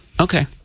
Okay